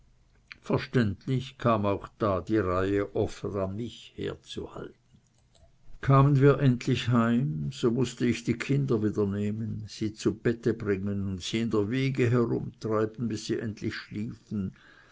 verständlich kam auch da die reihe oft an mich herzuhalten kamen wir endlich heim so mußte ich die kinder wieder nehmen sie zu bette bringen und sie in der wiege herumtreiben bis sie endlich schliefen